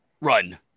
run